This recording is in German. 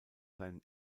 seinen